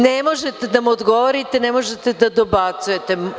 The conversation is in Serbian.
Ne možete da mu odgovorite, ne možete da dobacujete.